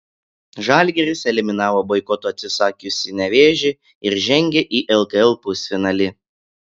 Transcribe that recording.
žalgiris eliminavo boikoto atsisakiusį nevėžį ir žengė į lkl pusfinalį